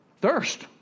thirst